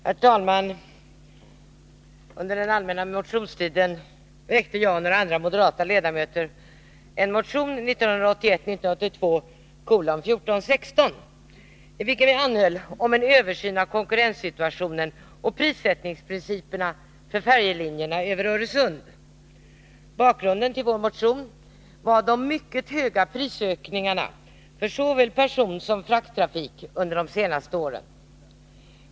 Herr talman! Under den allmänna motionstiden i år väckte jag och några andra moderata ledamöter en motion, 1981/82:1416, i vilken vi anhöll om en översyn av konkurrenssituationen och prissättningsprinciperna för färjelinjerna över Öresund. Bakgrunden till vår motion var de mycket höga prisökningarna för såväl personsom frakttrafiken under de senaste åren.